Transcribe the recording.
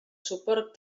suport